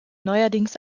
neuerdings